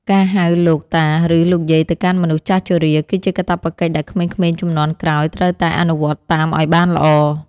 ការហៅលោកតាឬលោកយាយទៅកាន់មនុស្សចាស់ជរា គឺជាកាតព្វកិច្ចដែលក្មេងៗជំនាន់ក្រោយត្រូវតែអនុវត្តតាមឱ្យបានល្អ។